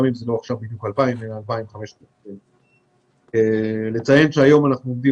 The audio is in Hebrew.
גם אם זה לא בדיוק 2,000 אלא 2,500. נציין שהיום אנחנו עומדים